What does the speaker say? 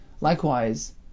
Likewise